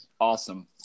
Awesome